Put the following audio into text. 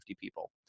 people